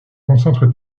concentre